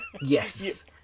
Yes